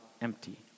empty